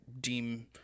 deem